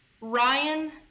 Ryan